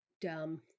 dumb